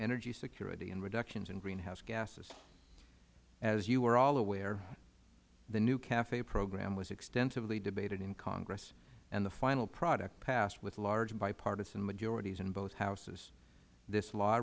energy security and reductions in greenhouse gas gases as you are all aware the new cafe program was extensively debated in congress and the final product passed with large bipartisan majorities in both houses this law